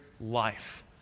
life